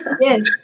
Yes